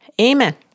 Amen